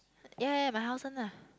ya ya my house one lah